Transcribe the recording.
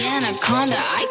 Anaconda